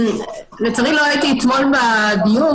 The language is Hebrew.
לצערי לא הייתי אתמול בדיון,